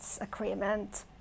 agreement